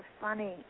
funny